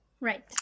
Right